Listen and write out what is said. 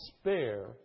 spare